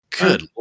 Good